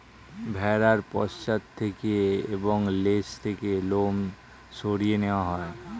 ভেড়ার পশ্চাৎ থেকে এবং লেজ থেকে লোম সরিয়ে নেওয়া হয়